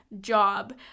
job